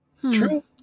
True